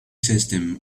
system